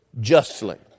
justly